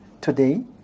today